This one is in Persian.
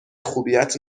خوبیت